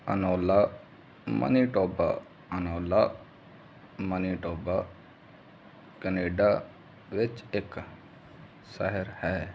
Anola Manitoba Anola Manitoba Canada ਵਿੱਚ ਇੱਕ ਸ਼ਹਿਰ ਹੈ